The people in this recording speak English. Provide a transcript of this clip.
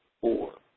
Four